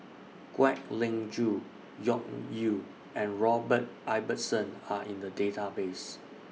Kwek Leng Joo Yew and Robert Ibbetson Are in The Database